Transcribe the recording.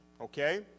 Okay